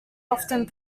often